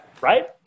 Right